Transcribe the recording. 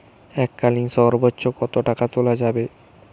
এককালীন সর্বোচ্চ কত টাকা তোলা যাবে?